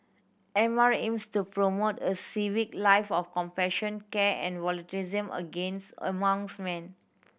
M R aims to promote a civic life of compassion care and volunteerism against amongst man